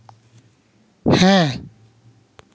ᱦᱮᱸ